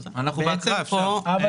אפשר.